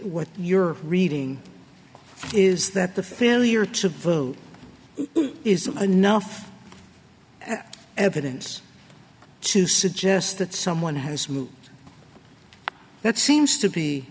what you're reading is that the failure to vote is enough evidence to suggest that someone has moved that seems to be